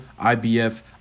IBF